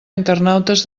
internautes